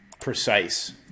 precise